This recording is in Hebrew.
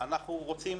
אנחנו רוצים